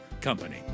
Company